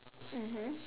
mmhmm